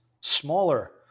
smaller